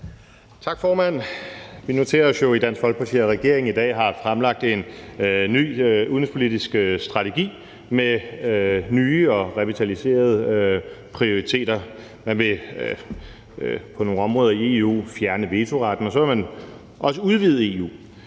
Tak, formand. Vi noterer os jo i Dansk Folkeparti, at regeringen i dag har fremlagt en ny udenrigspolitisk strategi med nye og revitaliserede prioriteter. Man vil på nogle områder i EU fjerne vetoretten, og så vil man også udvide EU.